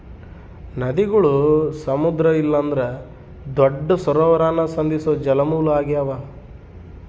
ನದಿಗುಳು ಸಮುದ್ರ ಇಲ್ಲಂದ್ರ ದೊಡ್ಡ ಸರೋವರಾನ ಸಂಧಿಸೋ ಜಲಮೂಲ ಆಗ್ಯಾವ